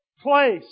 place